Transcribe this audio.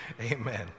Amen